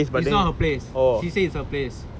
is not her place but she say it's her place